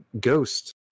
ghost